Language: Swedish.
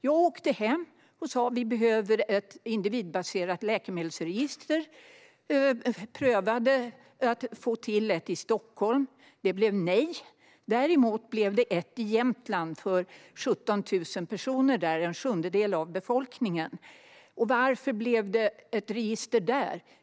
Jag åkte hem och sa: Vi behöver ett individbaserat läkemedelsregister. Jag prövade att få till ett i Stockholm. Det blev nej. Däremot blev det ett i Jämtland för 17 000 personer, en sjundedel av befolkningen där. Varför blev det ett register där?